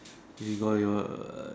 you got your err